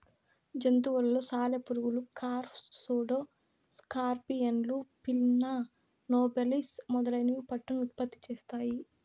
జంతువులలో సాలెపురుగులు, కార్ఫ్, సూడో స్కార్పియన్లు, పిన్నా నోబిలస్ మొదలైనవి పట్టును ఉత్పత్తి చేస్తాయి